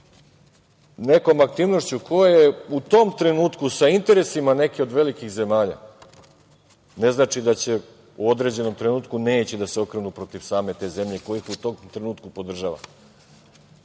nekom aktivnošću koja je u tom trenutku sa interesima neke od velikih zemalja, ne znači da u određenom trenutku neće da se okrenu protiv same te zemlje koja ih u tom trenutku podržava.